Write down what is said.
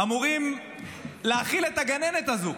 אמורים להכיל את הגננת הזו.